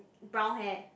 brown hair